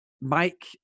Mike